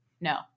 no